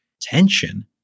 tension